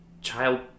Child